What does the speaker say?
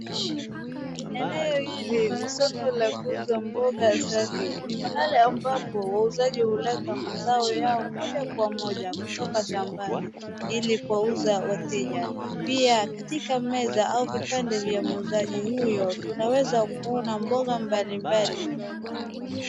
Eneo hili ni soko la kuuza mboga safi ni mahala ambapo wauzaji huleta mazao yao moja kwa moja kutoka shambani ili kuwauza wateja. Pia katika meza au vipande za muuzaji huyo tunaweza kuona mboga mbalimbali.